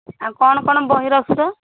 ଆଉ କ'ଣ କ'ଣ ବହି ରଖୁଛ